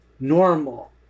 normal